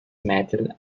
mädel